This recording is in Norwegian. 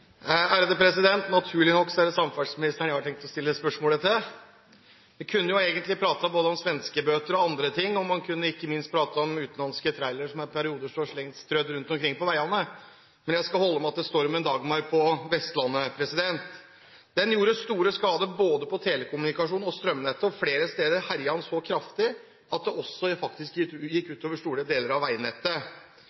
Naturlig nok er det samferdselsministeren jeg har tenkt å stille spørsmålet til. Jeg kunne ha snakket både om svenskebøter og andre ting – ikke minst om utenlandske trailere som i perioder står strødd rundt omkring på veiene – men jeg skal holde meg til stormen Dagmar på Vestlandet. Den gjorde store skader både på telekommunikasjonen og på strømnettet, og flere steder herjet den så kraftig at det faktisk også